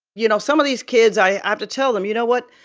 you know, some of these kids, i have to tell them, you know what?